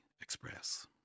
Express